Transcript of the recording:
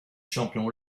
champion